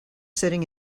sitting